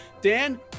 Dan